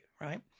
right